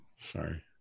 Sorry